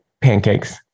Pancakes